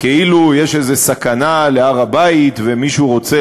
כאילו יש איזו סכנה להר-הבית ומישהו רוצה